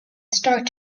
start